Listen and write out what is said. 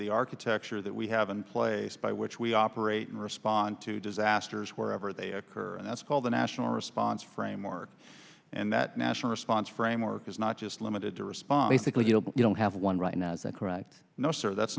the architecture that we have in place by which we operate and respond to disasters wherever they occur and that's called the national response framework and that national response framework is not just limited to respond i think you don't have one right now is that correct no sir that's